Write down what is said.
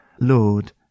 Lord